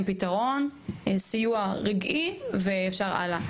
פתרון כסיוע רגעי ואז אפשר להמשיך הלאה.